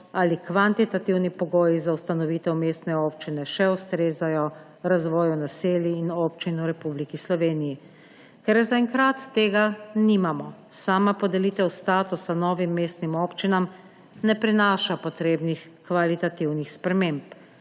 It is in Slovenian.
ali kvantitativni pogoji za ustanovitev mestne občine še ustrezajo razvoju naselij in občin v Republiki Sloveniji. Ker zaenkrat tega nimamo, sama podelitev statusa novim mestnim občinam ne prinaša potrebnih kvalitativnih sprememb.